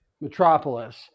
metropolis